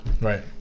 Right